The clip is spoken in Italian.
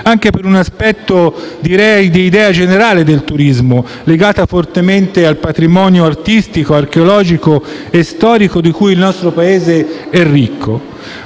anche per un'idea generale del turismo legata fortemente al patrimonio artistico, archeologico e storico di cui il nostro Paese è ricco.